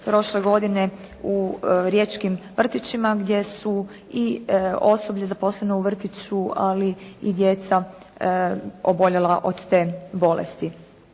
prošle godine u riječkim vrtićima gdje su i osoblje zaposleno u vrtiću, ali i djeca oboljela od te bolesti.